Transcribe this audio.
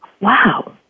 Wow